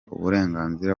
uburenganzira